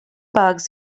bugs